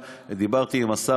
דיברתי עם השר,